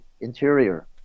interior